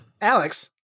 alex